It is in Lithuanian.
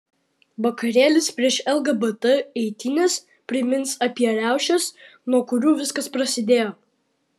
vakarėlis prieš lgbt eitynes primins apie riaušes nuo kurių viskas prasidėjo